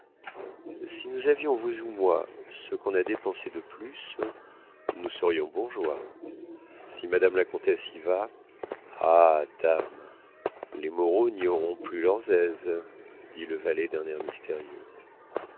si nous avions vous ou moi ce qu'on a dépensé de plus nous serions bourgeois si madame la comtesse y va ah dame les moreau n'y auront plus leurs aises dit le valet d'un air mystérieux